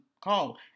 call